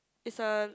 is a